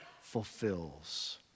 fulfills